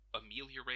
ameliorate